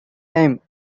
time